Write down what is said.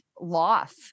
loss